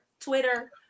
Twitter